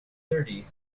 thirty